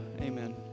amen